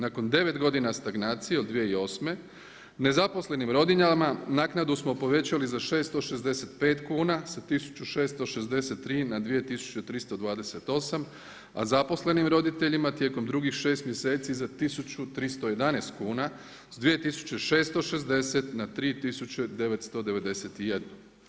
Nakon 9 godina stagnacije od 2008., nezaposlenim rodiljama naknadu smo povećali za 665 kuna, sa 1 663 na 2 328, a zaposlenim roditeljima tijekom drugih 6 mjeseci sa 1311 kuna sa 2 660 na 3 991.